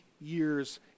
years